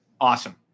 awesome